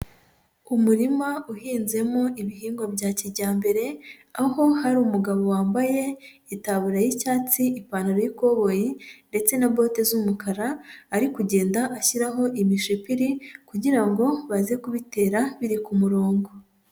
Umurima uhinzemo ibihingwa bya kijyambere, aho hari umugabo wambaye itaburiya y'icyatsi, ipantaro y'ikoboyi ndetse na bote z'umukara, ari kugenda ashyiraho imishipiri kugira ngo baze kubitera biri ku murongo.